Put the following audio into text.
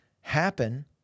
happen